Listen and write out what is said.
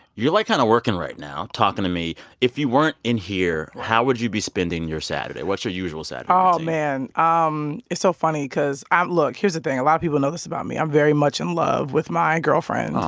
you're like kind of working right now, talking to me. if you weren't in here, how would you be spending your saturday? what's your usual saturday routine? oh, man. um it's so funny because ah look, here's the thing. a lot of people know this about me. i'm very much in love with my girlfriend oh,